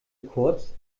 kurz